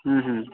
हुँ हुँ